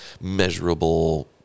measurable